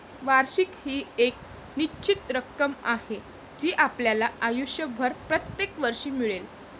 वार्षिकी ही एक निश्चित रक्कम आहे जी आपल्याला आयुष्यभर प्रत्येक वर्षी मिळेल